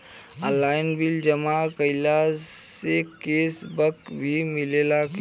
Online bill जमा कईला से कैश बक भी मिलेला की?